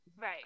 right